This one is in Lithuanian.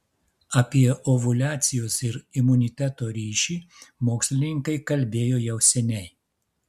apie ovuliacijos ir imuniteto ryšį mokslininkai kalbėjo jau seniai